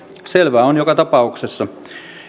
selvää on joka tapauksessa